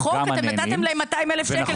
בחוק אתם נתתם להם 200,000 שקל,